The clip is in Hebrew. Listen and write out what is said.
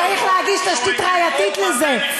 צריך להגיש תשתית ראייתית לזה.